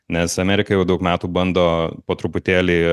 nes amerika jau daug metų bando po truputėlį